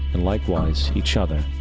and likewise, each other.